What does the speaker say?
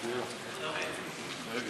חמש דקות, גברתי, לרשותך.